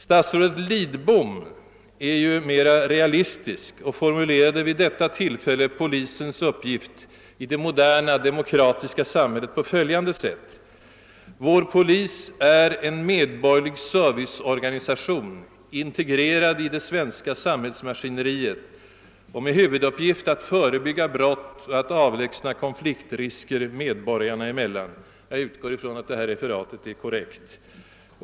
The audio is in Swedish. Statsrådet Lidbom är ju mera realistisk och formulerade vid samma debatt polisens uppgift i det moderna demokratiska samhället på följande sätt: » Vår polis är en medborgerlig serviceorganisation, integrerad i det svenska samhällsmaskineriet och med huvuduppgift att förebygga brott och att avlägsna konfliktrisker medborgarna emellan.» Jag utgår från att detta pressreferat är korrekt.